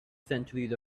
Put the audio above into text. centuries